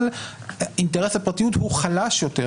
אבל אינטרס הפרטיות הוא חלש יותר,